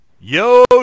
Yo